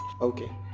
Okay